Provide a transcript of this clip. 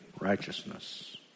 righteousness